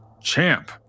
Champ